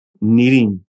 needing